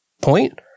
point